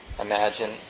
Imagine